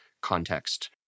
context